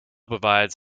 provides